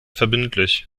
verbindlich